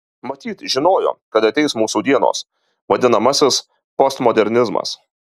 matyt žinojo kad ateis mūsų dienos vadinamasis postmodernizmas